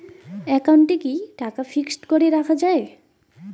একাউন্টে কি টাকা ফিক্সড করে রাখা যায়?